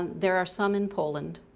there are some in poland.